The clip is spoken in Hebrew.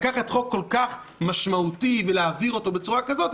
כל כך משמעותי ולהעביר אותו בצורה כזאת,